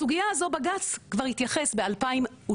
בסוגיה הזו בג"צ כבר התייחס ב- ,2016